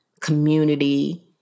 community